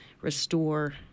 restore